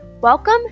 Welcome